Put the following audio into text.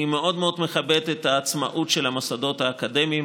אני מאוד מכבד את העצמאות של המוסדות האקדמיים,